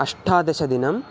अष्टादशदिनम्